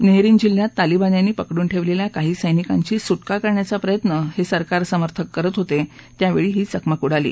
Nahrin जिल्ह्यात तालिबान्यांनी पकडून ठेवलेल्या काही सर्तिकांची सुरका करण्याचा प्रयत्न हे सरकार समर्थक करत होते त्यावेळी ही चकमक उडाली